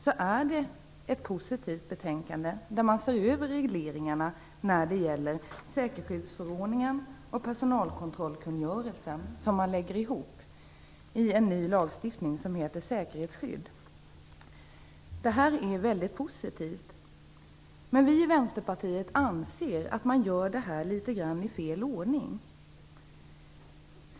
Det är ett positivt betänkande, där regleringarna när det gäller säkerhetsskyddsförordningen och personalkontrollkungörelsen ses över. Dessa regleringar läggs nu ihop i en ny lagstiftning som heter säkerhetsskydd. Detta är väldigt positivt. Vi i Vänsterpartiet anser dock att man gör detta litet grand i fel ordning.